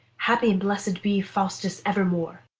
happy and blest be faustus evermore!